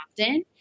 often